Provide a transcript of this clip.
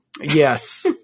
Yes